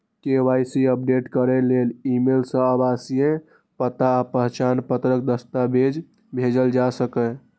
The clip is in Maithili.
के.वाई.सी अपडेट करै लेल ईमेल सं आवासीय पता आ पहचान पत्रक दस्तावेज भेजल जा सकैए